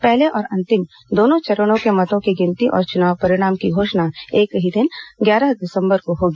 पहले और अंतिम दोनों चरणों के मतों की गिनती और चुनाव परिणाम की घोषणा एक साथ ग्यारह दिसंबर को होगी